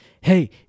Hey